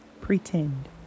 pretend